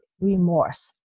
remorse